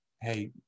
hey